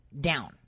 down